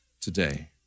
today